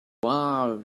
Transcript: well